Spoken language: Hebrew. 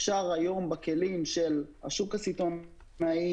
אפשר היום בכלים של השוק הסיטונאי,